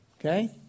Okay